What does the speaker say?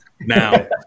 now